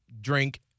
drink